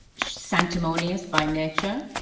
sanctimonious by nature